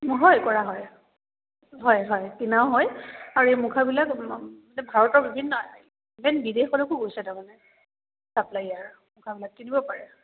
হয় কৰা হয় হয় হয় কিনাও হয় আৰু এই মুখাবিলাক মানে ভাৰতৰ বিভিন্ন ইভেন বিদেশলৈকো গৈছে তাৰমানে চাপ্লায়াৰ মুখাবিলাক কিনিব পাৰে